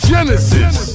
Genesis